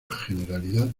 generalidad